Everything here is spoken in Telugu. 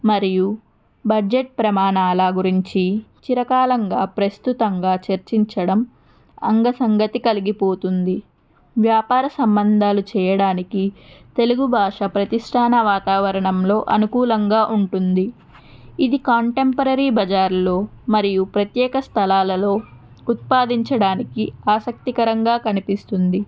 మరియు బడ్జెట్ ప్రమాణాల గురించి చిరకాలంగా ప్రస్తుతంగా చర్చించడం అంగసంగతి కలిగిపోతుంది వ్యాపార సంబంధాలు చేయడానికి తెలుగు భాష ప్రతిష్టాన వాతావరణంలో అనుకూలంగా ఉంటుంది ఇది కాంటెంపరరీ బజార్లో మరియు ప్రత్యేక స్థలాలలో ఉత్పాదించడానికి ఆసక్తికరంగా కనిపిస్తుంది